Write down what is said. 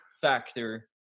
factor